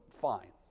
fine